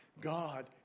God